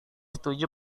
setuju